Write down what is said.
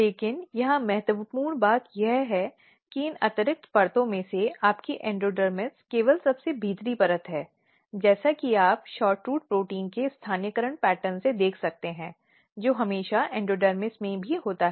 लेकिन यहां महत्वपूर्ण बात यह है कि इन अतिरिक्त परतों में से आपकी एंडोडर्मिस केवल सबसे भीतरी परत है जैसा कि आप SHORTROOT प्रोटीन के स्थानीयकरण पैटर्न से देख सकते हैं जो हमेशा एंडोडर्मिस में भी होता है